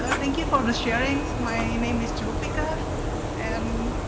ah thank you for the sharing. my name is jofica and.